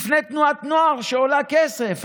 לפני תנועת נוער, שעולה כסף.